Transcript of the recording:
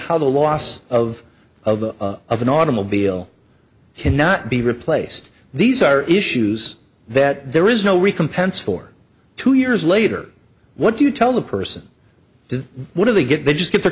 how the loss of of of an automobile cannot be replaced these are issues that there is no recompense for two years later what do you tell the person to what do they get they just get